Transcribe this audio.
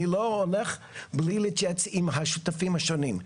לא הולך בלי להתייעץ עם השותפים השונים.